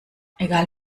egal